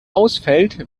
ausfällt